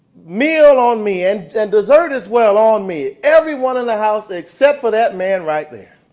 meals on me and and dessert as well on me everyone in the house except for that man right there.